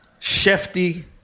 Shefty